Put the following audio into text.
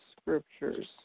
scriptures